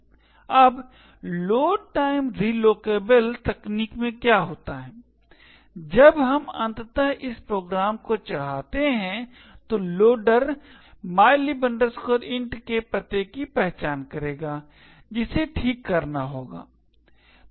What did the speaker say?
अब load time relocatable तकनीक में क्या होता है जब हम अंततः इस प्रोग्राम को चढाते हैं तो लोडर mylib int के पते की पहचान करेगा जिसे ठीक करना होगा